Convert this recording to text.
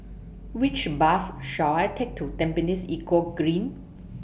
Which Bus should I Take to Tampines Eco Green